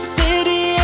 city